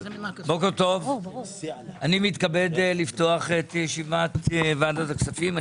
בוקר טוב, אני מתכבד לפתוח את ישיבת ועדת הכספים.